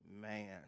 Man